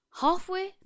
Halfway